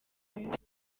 bibi